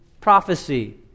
prophecy